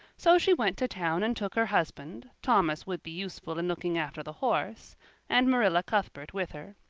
so she went to town and took her husband thomas would be useful in looking after the horse and marilla cuthbert with her.